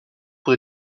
pour